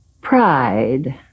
Pride